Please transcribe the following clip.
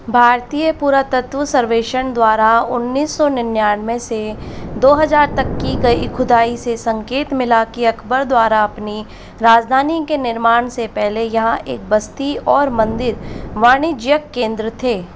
भारतीय पुरातत्व सर्वेक्षण द्वारा उन्नीस सौ निन्यानवे से दो हजार तक की खुदाई से संकेत मिला कि अकबर द्वारा अपनी राजधानी के निर्माण से पहले यहाँ एक बस्ती और मंदिर वाणिज्यिक केंद्र थे